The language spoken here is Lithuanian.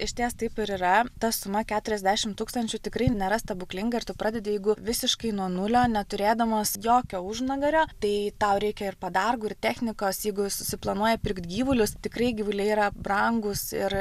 išties taip ir yra ta suma keturiasdešim tūkstančių tikrai nėra stebuklinga ir tu pradedi jeigu visiškai nuo nulio neturėdamas jokio užnugario tai tau reikia ir padargų ir technikos jeigu susiplanuoja pirkt gyvulius tikrai gyvuliai yra brangūs ir